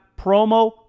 promo